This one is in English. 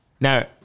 Now